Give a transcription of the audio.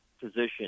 position